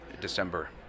December